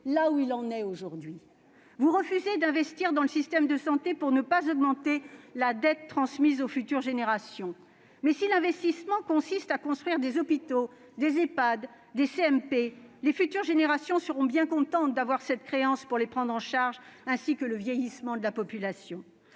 là où il en est aujourd'hui. Vous refusez d'investir dans le système de santé pour ne pas augmenter la dette transmise aux futures générations. Mais si l'investissement consiste à construire des hôpitaux, des Ehpad, des centres médico-psychologiques (CMP), les futures générations seront bien contentes d'avoir cette créance pour leur prise en charge, dans un contexte de vieillissement de la population